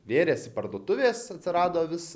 vėrėsi parduotuvės atsirado vis